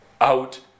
out